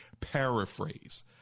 paraphrase